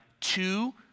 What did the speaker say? two